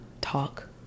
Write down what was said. talk